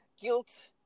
guilt